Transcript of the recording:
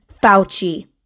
Fauci